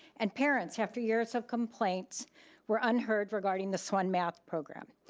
and parents, after years of complaints were unheard regarding the swan math program.